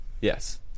yes